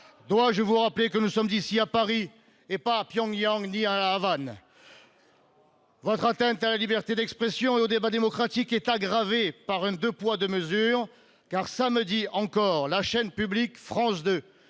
Dois-je vous rappeler que nous sommes à Paris, pas à Pyongyang ni à La Havane ? Votre atteinte à la liberté d'expression et au débat démocratique est aggravée par un « deux poids, deux mesures »: samedi encore, la chaîne publique France 2,